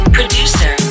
Producer